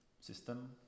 system